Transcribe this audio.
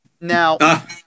Now